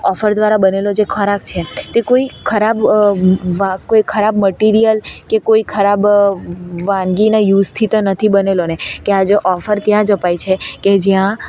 offer દ્વારા બનેલો જે ખોરાક છે તે કોઈ ખરાબ કોઈ ખરાબ મટિરિયલ કે કોઈ ખરાબ વાનગીના યુઝથી તો નથી બનેલો ને કે આ જો ઓફર ત્યાં જ અપાય છે કે જ્યાં